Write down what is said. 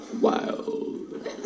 Wild